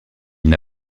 n’a